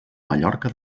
mallorca